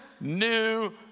new